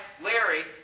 Larry